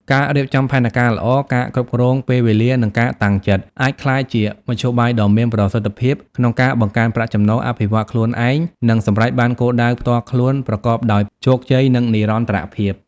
ការរៀបចំផែនការល្អ ការគ្រប់គ្រងពេលវេលា និងការតាំងចិត្ត អាចក្លាយជាមធ្យោបាយដ៏មានប្រសិទ្ធភាពក្នុងការបង្កើនប្រាក់ចំណូល អភិវឌ្ឍខ្លួនឯង និងសម្រេចបានគោលដៅផ្ទាល់ខ្លួនប្រកបដោយជោគជ័យ និងនិរន្តរភាព។